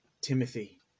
Timothy